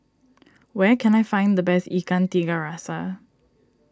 where can I find the best Ikan Tiga Rasa